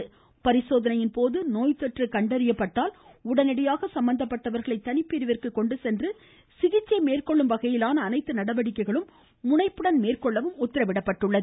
virus தொற்று தொடர்ச்சி பரிசோதனையின்போது நோய்த்தொற்று கண்டறியப்பட்டால் உடனடியாக சம்பந்தப்பட்டவர்களை தனிப்பிரிவிற்கு கொண்டு சென்று சிகிச்சை மேற்கொள்ளும் வகையிலான அனைத்து நடவடிக்கைகளும் முனைப்புடன் மேற்கொள்ளவும் உத்தரவிடப்பட்டுள்ளது